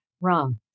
Wrong